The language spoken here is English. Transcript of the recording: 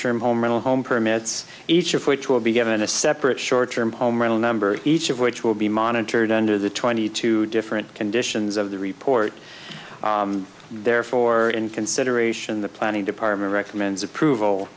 term home renel home permits each of which will be given a separate short term home rental number each of which will be monitored under the twenty two different conditions of the report and therefore in consideration the planning department recommends approval